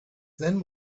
than